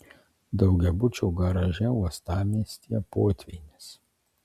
daugiabučio garaže uostamiestyje potvynis